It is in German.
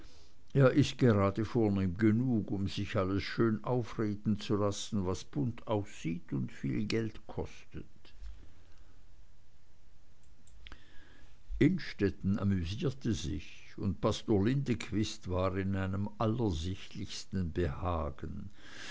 er ist gerade vornehm genug um sich alles als schön aufreden zu lassen was bunt aussieht und viel geld kostet innstetten amüsierte sich und pastor lindequist war in einem allersichtlichsten behagen